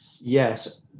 Yes